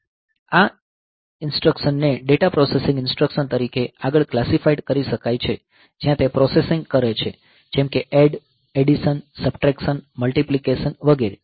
હવે આ ઇન્સટ્રકશન ને ડેટા પ્રોસેસિંગ ઇન્સટ્રકશન તરીકે આગળ ક્લાસીફાઇડ કરી શકાય છે જ્યાં તે પ્રોસેસિંગ કરે છે જેમ કે એડ એડિશન સબટ્રેક્સન મલ્ટીપ્લીકેશન વગેરે